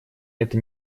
это